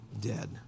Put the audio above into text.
dead